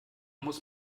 muss